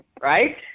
Right